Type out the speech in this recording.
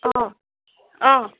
অঁ অঁ